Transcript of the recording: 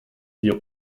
wir